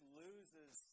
loses